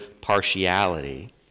partiality